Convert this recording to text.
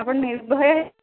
ଆପଣ ନିର୍ଭୟ